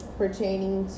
pertaining